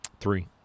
Three